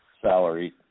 salary